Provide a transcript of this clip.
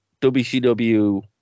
WCW